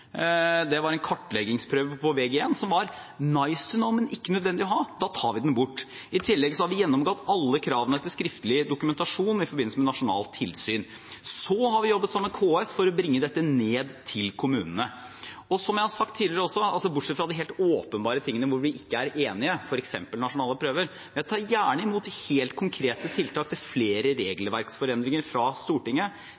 Det var en kartleggingsprøve på Vg1 som var «nice to know», men ikke nødvendig å ha, og da tar vi den bort. I tillegg har vi gjennomgått alle kravene til skriftlig dokumentasjon i forbindelse med nasjonalt tilsyn. Så har vi jobbet sammen med KS for å bringe dette ned til kommunene. Og som jeg har sagt tidligere også, bortsett fra de helt åpenbare tingene hvor vi ikke er enige, f.eks. om nasjonale prøver: Jeg tar gjerne imot helt konkrete tiltak til flere